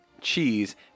cheese